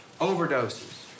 overdoses